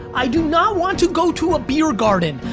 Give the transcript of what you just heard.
i do not want to go to a beer garden.